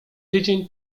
tydzień